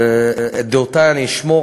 את דעותי אני אשמור,